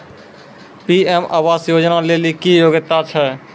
PM Awas Yojana लेली की योग्यता छै?